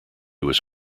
was